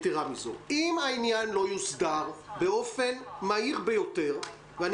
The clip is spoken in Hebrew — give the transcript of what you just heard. אם העניין לא יוסדר באופן מהיר ביותר ואני